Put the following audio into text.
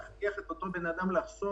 את אותו בן אדם לחסוך